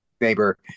neighbor